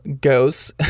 ghosts